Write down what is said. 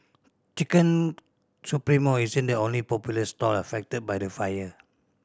Chicken Supremo isn't the only popular stall affected by the fire